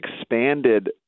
expanded